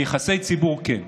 ביחסי ציבור, כן.